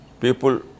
people